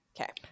Okay